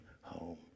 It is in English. home